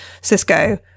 Cisco